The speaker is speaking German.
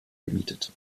gemietet